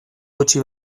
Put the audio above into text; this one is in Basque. gutxi